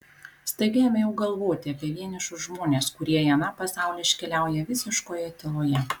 staiga ėmiau galvoti apie vienišus žmones kurie į aną pasaulį iškeliauja visiškoje tyloje